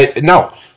no